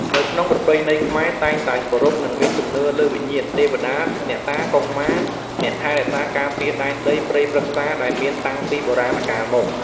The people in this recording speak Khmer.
នៅក្នុងប្រពៃណីខ្មែរតែងតែគោរព និងមានជំនឿលើវិញ្ញាណ ទេវតា អ្នកតា កុងម៉ា អ្នកថែរក្សាការពារដែនដីព្រៃព្រឹក្សា ដែលមានតាំងពីបុរាណកាលមក។